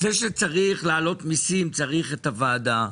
לפני שצריך לעלות מיסים צריך את הוועדה,